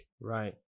Right